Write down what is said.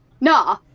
Nah